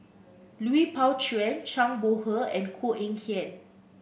Lui Pao Chuen Zhang Bohe and Koh Eng Kian